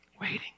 Waiting